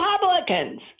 Republicans